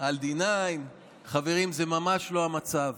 על D9, חברים, זה ממש לא המצב.